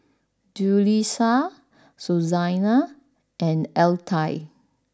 Julisa Susanna and Altie